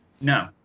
No